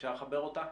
אפשר לחבר אותה?